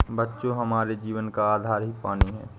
बच्चों हमारे जीवन का आधार ही पानी हैं